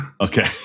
Okay